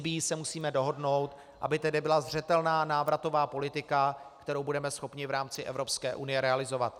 I s Libyí se musíme dohodnout, aby tedy byla zřetelná návratová politika, kterou budeme schopni v rámci Evropské unie realizovat.